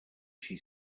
she